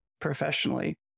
professionally